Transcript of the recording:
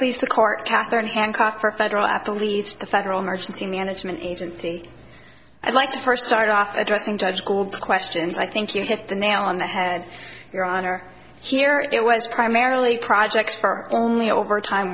please the court katherine hancock for a federal at the leaves of the federal emergency management agency i'd like to first start off addressing judge old questions i think you hit the nail on the head your honor here it was primarily projects for only overtime